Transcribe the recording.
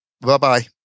Bye-bye